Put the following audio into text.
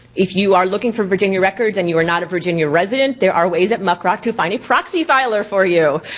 if you are looking for virginia records and you are not a virginia resident, there are ways at muckrock to find a proxy filer for you.